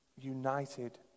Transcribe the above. united